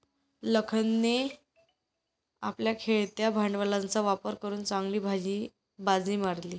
लखनने आपल्या खेळत्या भांडवलाचा वापर करून चांगली बाजी मारली